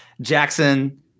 Jackson